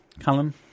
Callum